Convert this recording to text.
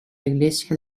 iglesia